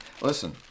Listen